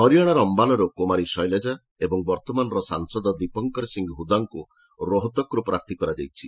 ହରିୟାଣାର ଅମ୍ବାଲାରୁ କୁମାରୀ ଶୈଲ୍ଜା ଏବଂ ବର୍ତ୍ତମାନର ସାଂସଦ ଦୀପଙ୍କର ସିଂ ହୁଦାଙ୍କୁ ରୋହତକ୍ରୁ ପ୍ରାର୍ଥୀ କରାଯାଇଛି